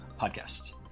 podcast